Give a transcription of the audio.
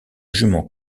jument